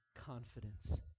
confidence